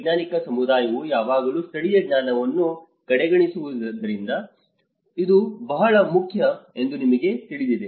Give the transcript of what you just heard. ವೈಜ್ಞಾನಿಕ ಸಮುದಾಯವು ಯಾವಾಗಲೂ ಸ್ಥಳೀಯ ಜ್ಞಾನವನ್ನು ಕಡೆಗಣಿಸುವುದರಿಂದ ಇದು ಬಹಳ ಮುಖ್ಯ ಎಂದು ನಿಮಗೆ ತಿಳಿದಿದೆ